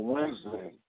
Wednesday